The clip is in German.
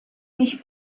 mich